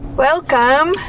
Welcome